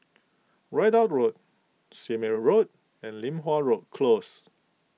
Ridout Road Sime Road and Li Hwan Road Close